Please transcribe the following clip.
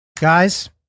Guys